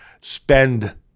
spend